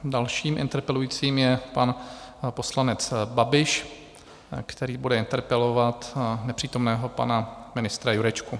Dalším interpelujícím je pan poslanec Babiš, který bude interpelovat nepřítomného pana ministra Jurečku.